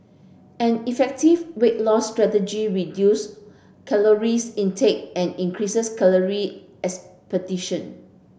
an effective weight loss strategy reduce caloric intake and increases caloric expenditure